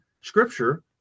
scripture